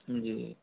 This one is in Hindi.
जी